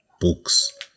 books